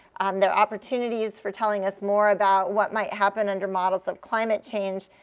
their opportunities for telling us more about what might happen under models of climate change.